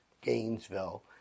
Gainesville